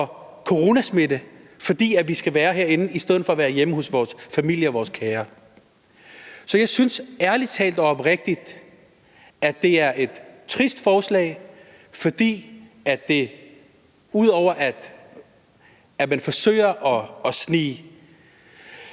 for coronasmitte, fordi vi skal være herinde i stedet for at være hjemme hos vores familie og vores kære. Så jeg synes ærlig talt og oprigtigt, at det er et trist forslag, for ud over at man forsøger at snige